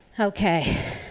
Okay